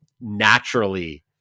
naturally